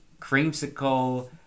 creamsicle